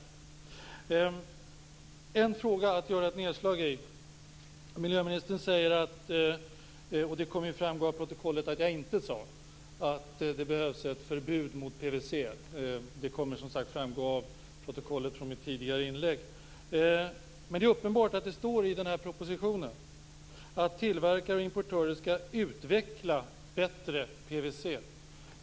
Det är en fråga jag vill göra ett nedslag i. Miljöministern säger att det behövs ett förbud mot PVC. Det kommer att framgå av protokollet att jag inte sade det i mitt tidigare inlägg. Det är uppenbart att det står i propositionen att tillverkare och importörer skall utveckla bättre PVC.